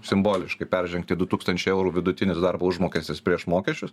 simboliškai peržengti du tūkstančiai eurų vidutinis darbo užmokestis prieš mokesčius